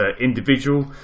Individual